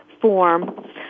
form